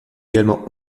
également